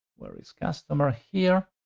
where is customer? here.